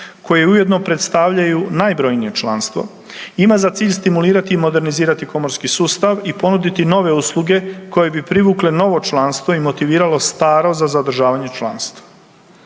koji ujedno predstavljaju najbrojnije članstvo, ima za cilj stimulirati i modernizirati komorski sustav i ponuditi nove usluge koje bi privukle novo članstvo i motiviralo staro za zadržavanje članstva.